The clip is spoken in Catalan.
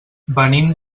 venim